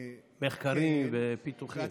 מחקרים ופיתוחים.